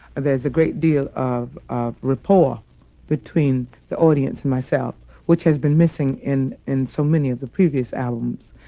there's a great deal of rapport between the audience and myself, which has been missing in in so many of the previous albums.